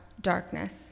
darkness